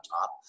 top